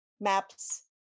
maps